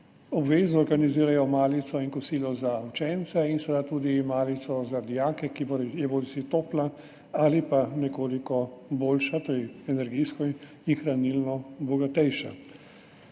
obvezno organizirajo malico in kosilo za učence in seveda tudi malico za dijake, ki je bodisi topla ali pa nekoliko boljša, torej energijsko in hranilno bogatejša.